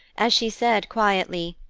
as she said quietly,